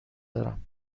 دارم